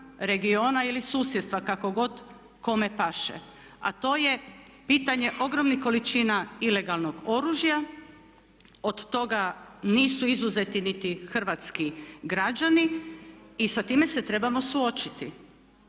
regiona ili susjedstva kako god kome paše a to je pitanje ogromnih količina ilegalnog oružja. Od toga nisu izuzeti niti hrvatski građani i sa time se trebamo suočiti.